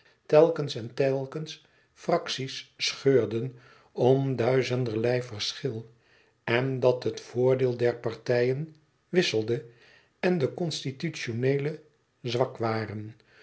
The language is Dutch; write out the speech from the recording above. telkens en telkens fractie's scheurden om duizenderlei verschil en dat het voordeel der partijen wisselde en de constitutioneelen zwak waren